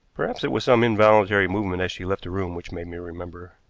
perhaps it was some involuntary movement as she left the room which made me remember.